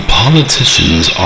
politicians